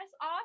off